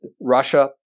Russia